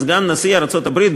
שסגן נשיא ארצות-הברית,